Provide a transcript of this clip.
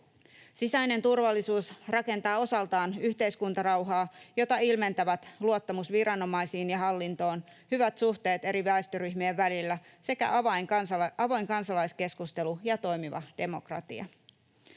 Sisäinen turvallisuus rakentaa osaltaan yhteiskuntarauhaa, jota ilmentävät luottamus viranomaisiin ja hallintoon, hyvät suhteet eri väestöryhmien välillä sekä avoin kansalaiskeskustelu ja toimiva demokratia.